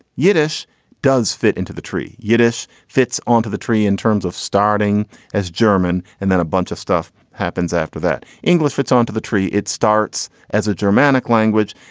yiddish does fit into the tree. yiddish fits onto the tree in terms of starting as german. and then a bunch of stuff happens. after that, english fits onto the tree. it starts as a germanic language.